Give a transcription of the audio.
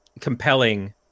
compelling